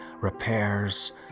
Repairs